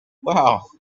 wow